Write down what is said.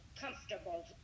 comfortable